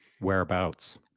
whereabouts